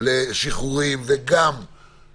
מאגף הסינון אנחנו מעבירים אותו לאגפים הרגילים.